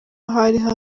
hariho